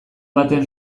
batean